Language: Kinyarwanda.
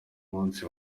munsi